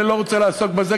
אבל אני לא רוצה לעסוק בזה,